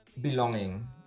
belonging